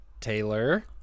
Taylor